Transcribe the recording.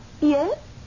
Yes